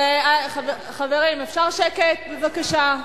חברים, אפשר שקט בבקשה?